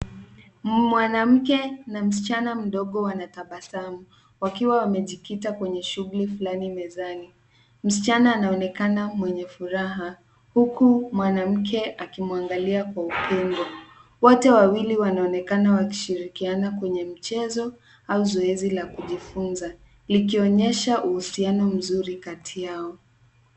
Mwanamke na msichana mdogo wanatabasamu, wakiwa wamejikita kwenye shughli fulani mezani. Msichana anaonekana mwenye furaha, huku mwanamke akimwangalia kwa upendo .Wote wawili wanaonekana wakishirikiana kwenye mchezo au zoezi la kujifunza. Likionyesha uhusiano mzuri kati yao.